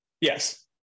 yes